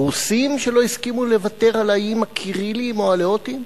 הרוסים שלא הסכימו לוותר על האיים הקיריליים או האלאוטיים?